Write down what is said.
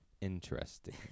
Interesting